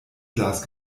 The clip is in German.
class